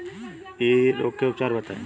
इ रोग के उपचार बताई?